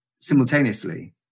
simultaneously